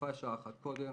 ויפה שעה אחת קודם.